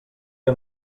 que